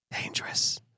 Dangerous